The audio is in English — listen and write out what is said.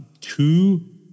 two